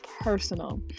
personal